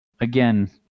Again